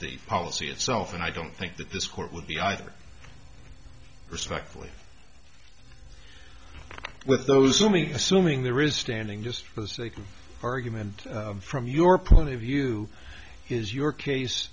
the policy itself and i don't think that this court would be either respectfully with those who me assuming there is standing just for the sake of argument from your point of view is your case